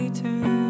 turn